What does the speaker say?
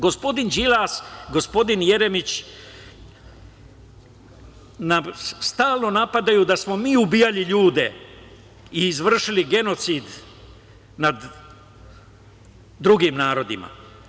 Gospodin Đilas, gospodin Jeremić, stalno napadaju da smo mi ubijali ljude i izvršili genocid nad drugim narodima.